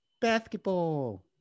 Basketball